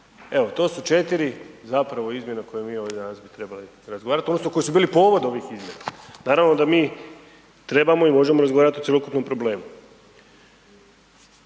Evo, to su 4 zapravo izmjena koje mi ovdje danas bi trebali razgovarati, odnosno koji su bili povod ovih izmjena. Naravno da mi trebamo i možemo razgovarati o cjelokupnom problemu.